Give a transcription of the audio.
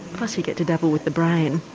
plus you get to dabble with the brain.